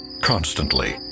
Constantly